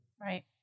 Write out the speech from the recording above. Right